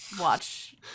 watch